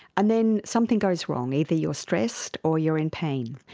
and then something goes wrong, either you're stressed or you're in pain,